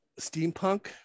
steampunk